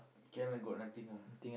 K_L got nothing ah